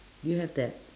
do you have that